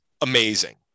amazing